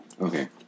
Okay